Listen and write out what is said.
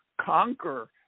conquer